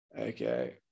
Okay